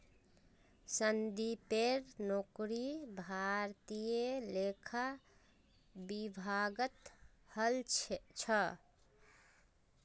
संदीपेर नौकरी भारतीय लेखा विभागत हल छ